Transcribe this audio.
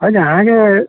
ᱦᱳᱭ ᱡᱟᱦᱟᱸᱜᱮ